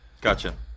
Gotcha